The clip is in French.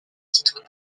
titre